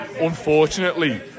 unfortunately